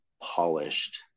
polished